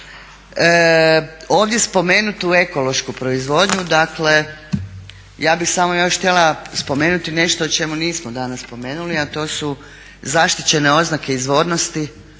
ovdje spomenutu ekološku proizvodnju, dakle ja bih samo još htjela spomenuti nešto o čemu nismo danas spomenuli a to su zaštićene oznake izvornosti,